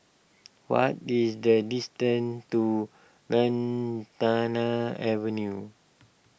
what is the distance to Lantana Avenue